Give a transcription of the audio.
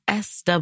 SW